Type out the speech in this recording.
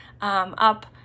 up